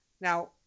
Now